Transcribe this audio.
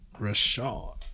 Rashad